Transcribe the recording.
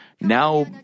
Now